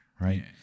right